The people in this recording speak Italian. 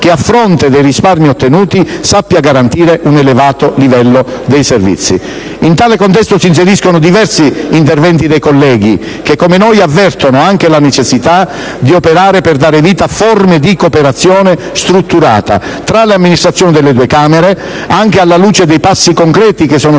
che, a fronte dei risparmi ottenuti, sappia garantire un elevato livello dei servizi. In tale contesto si inseriscono diversi interventi dei colleghi, che come noi avvertono anche la necessità di operare per dare vita a forme di cooperazione strutturata tra le Amministrazioni delle due Camere, anche alla luce dei passi concreti che sono stati